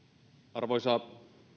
arvoisa